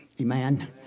Amen